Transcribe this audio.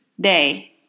Day